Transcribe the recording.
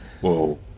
Whoa